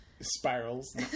Spirals